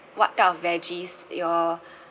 what type of veggies you all